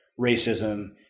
racism